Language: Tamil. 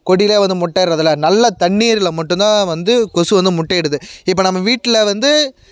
கொடியிலேயோ வந்து முட்டையிடுறதில்ல நல்ல தண்ணீரில் மட்டும்தான் வந்து கொசு வந்து முட்டையிடுது இப்போ நம்ம வீட்டில் வந்து